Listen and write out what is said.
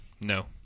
No